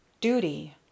duty